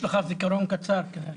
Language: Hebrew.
יש לך זיכרון קצר, כנראה.